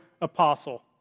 apostle